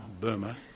Burma